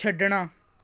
ਛੱਡਣਾ